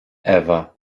ewa